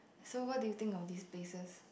so what do you think of these places